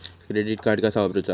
Credit card कसा वापरूचा?